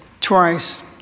twice